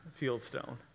Fieldstone